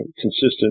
consistent